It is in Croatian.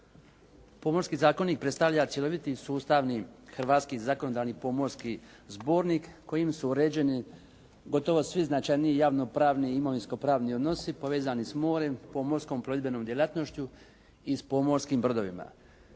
Pomorski zakonik predstavlja cjeloviti sustavni hrvatski zakonodavni pomorski zbornik kojim su uređene gotovo svi značajniji javno-pravni i imovinsko-pravni odnosi povezani s morem, pomorskom plovidbenom djelatnošću i s pomorskim brodovima.